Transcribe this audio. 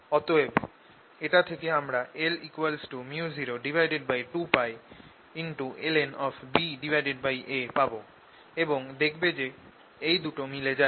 অতএব এটা থেকে আমরা L µ02π ln⁡ পাব এবং দেখবে যে এই দুটো মিলে যায়